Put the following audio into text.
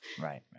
Right